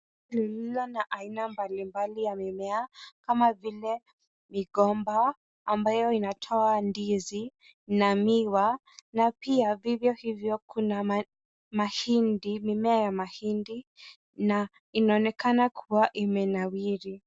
Lililo na aina mbalimbali ya mimea kama vile migomba ambayo inatoa ndizi na miwa na pia vivyo hivyo kuna mahindi, mimea ya mahindi na inaonekana kuwa imenawiri.